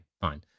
fine